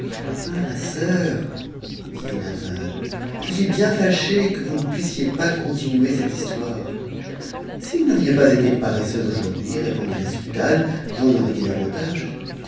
ah ma soeur dit dinarzade je suis bien fâchée que vous ne puissiez pas continuer cette histoire si vous n'aviez pas été paresseuse aujourd'hui répondit la sultane j'en aurais dit davantage